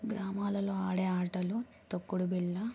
గ్రామాలలో ఆడే ఆటలు తొక్కుడు బిళ్ళ